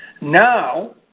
now